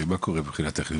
הרי מה קורה מבחינה טכנית,